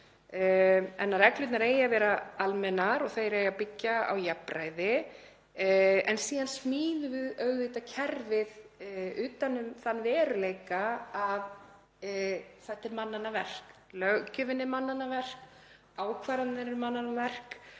en að reglurnar eigi að vera almennar og að þær eigi að byggja á jafnræði en síðan smíðum við auðvitað kerfið utan um þann veruleika að þetta er mannanna verk. Löggjöfin er mannanna verk, ákvarðanirnar eru mannanna verk,